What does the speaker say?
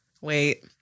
Wait